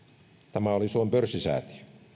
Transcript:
tämä oli suomen pörssisäätiö